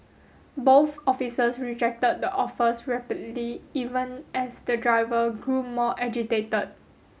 both officers rejected the offers even as the driver grew more agitated